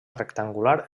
rectangular